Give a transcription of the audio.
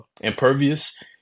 impervious